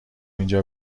اینجا